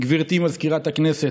גברתי מזכירת הכנסת,